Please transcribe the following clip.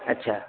अच्छा